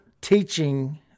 teaching